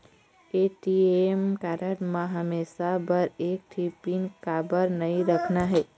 ATM card म हमेशा बर एक ठन पिन काबर नई रखना हे?